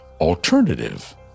alternative